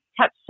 touch